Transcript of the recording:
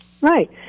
Right